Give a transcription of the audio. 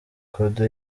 kodo